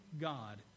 God